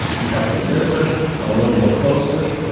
you have to listen a little more closely.